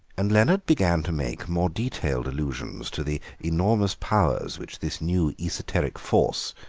and leonard began to make more detailed allusions to the enormous powers which this new esoteric force,